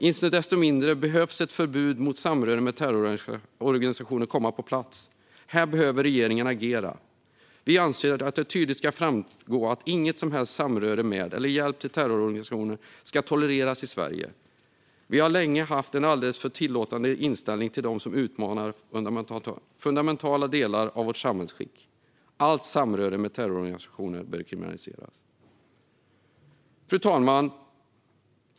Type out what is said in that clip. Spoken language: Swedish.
Icke desto mindre behöver ett förbud mot samröre med terrororganisationer komma på plats. Här behöver regeringen agera. Vi anser att det tydligt ska framgå att inget som helst samröre med eller hjälp till terrororganisationer ska tolereras i Sverige. Vi har länge haft en alldeles för tillåtande inställning gentemot dem som utmanar fundamentala delar av vårt samhällsskick. Allt samröre med terrororganisationer bör kriminaliseras. Fru talman!